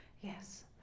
yes